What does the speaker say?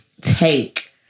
take